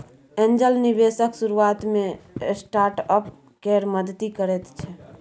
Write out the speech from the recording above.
angel निबेशक शुरुआत मे स्टार्टअप केर मदति करैत छै